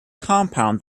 compound